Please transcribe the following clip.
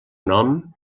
nom